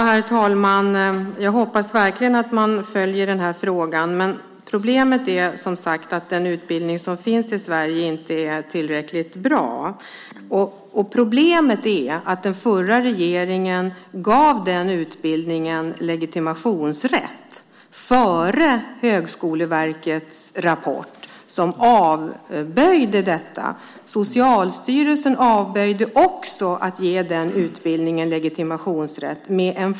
Herr talman! Jag hoppas verkligen att man följer den här frågan. Men problemet är som sagt att den utbildning som finns i Sverige inte är tillräckligt bra. Problemet är att den förra regeringen gav utbildningen legitimationsrätt innan Högskoleverkets rapport kom som avstyrkte denna. Socialstyrelsen avstyrkte också, med emfas, att utbildningen gavs legitimationsrätt.